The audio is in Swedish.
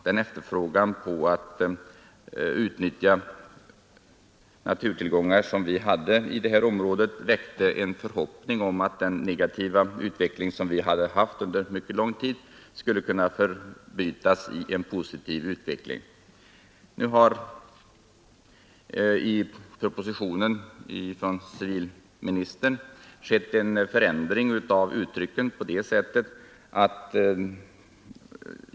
Den efterfrågan på att utnyttja naturtillgångar som vi hade i detta område väckte självfallet en förhoppning om att den negativa utveckling vi hade haft under mycket lång tid skulle kunna förbytas i en Positiv utveckling. Nu har civilministern i propositionen ändrat uttrycken.